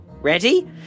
ready